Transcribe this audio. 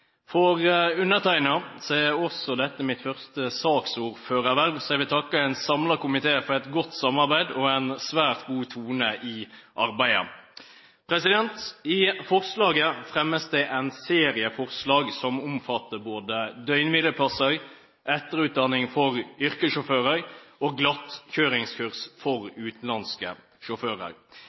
første saksordførerverv, så jeg vil takke en samlet komité for et godt samarbeid og en svært god tone i arbeidet. I forslaget fremmes det en serie forslag som omfatter både døgnhvileplasser, etterutdanning for yrkessjåfører og glattkjøringskurs for utenlandske sjåfører.